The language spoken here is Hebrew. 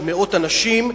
של מאות אנשים,